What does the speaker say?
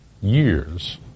years